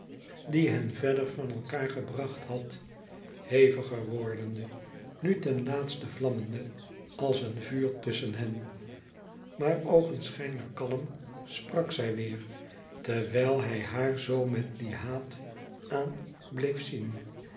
die hen verder van elkaâr gebracht had heviger wordende nu ten laatste vlammende als een vuur tusschen hen maar oogenschijnlijk kalm sprak zij weêr terwijl hij haar zoo met dien haat aan bleef zien